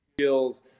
skills